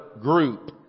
group